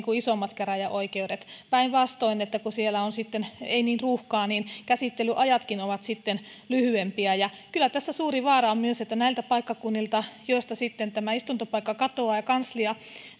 kuin isommat käräjäoikeudet päinvastoin kun siellä ei ole niin ruuhkaa niin käsittelyajatkin ovat sitten lyhyempiä ja kyllä tässä suuri vaara on myös että näiltä paikkakunnilta joilta sitten tämä istuntopaikka ja kanslia